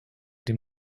dem